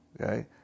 Okay